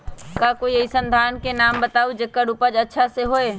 का कोई अइसन धान के नाम बताएब जेकर उपज अच्छा से होय?